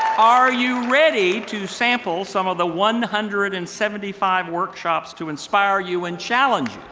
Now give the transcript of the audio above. are you ready to sample some of the one hundred and seventy five workshops to inspire you and challenge